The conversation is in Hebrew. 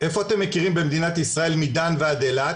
איפה אתם מכירים במדינת ישראל מדן ועד אילת,